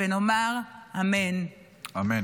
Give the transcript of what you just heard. ונאמר: 'אמן'" אמן.